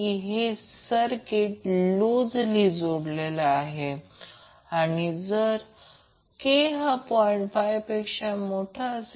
तर coil capacitor आणि सर्किटचा क्वालिटी फॅक्टर परिभाषित आहे